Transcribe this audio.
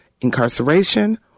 incarceration